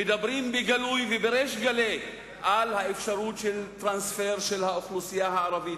מדברים בגלוי ובריש גלי על האפשרות של טרנספר של האוכלוסייה הערבית.